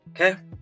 Okay